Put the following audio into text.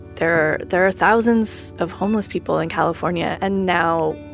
there are there are thousands of homeless people in california. and now,